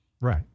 Right